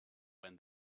when